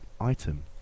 item